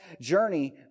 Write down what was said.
journey